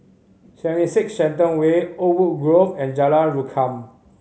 Seventy Six Shenton Way Oakwood Grove and Jalan Rukam